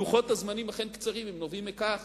לוחות הזמנים אכן קצרים, והם נובעים מכך